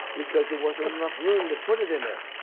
because there wasn't enough room to put it in there.